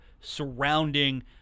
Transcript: surrounding